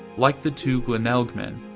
like the two glenelg men,